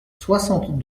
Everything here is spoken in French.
soixante